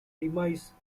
demise